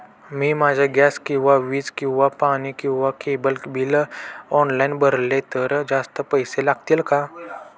मी माझे गॅस किंवा वीज किंवा पाणी किंवा केबल बिल ऑनलाईन भरले तर जास्त पैसे लागतील का?